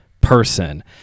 person